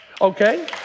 Okay